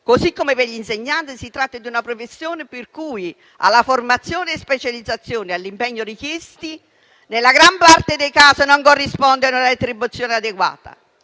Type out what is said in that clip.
così come per gli insegnanti. Si tratta di una professione per cui, alla formazione e specializzazione e all'impegno richiesti, nella gran parte dei casi non corrisponde una retribuzione adeguata.